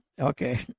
Okay